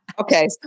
Okay